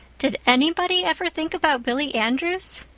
did anybody ever think about billy andrews?